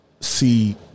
see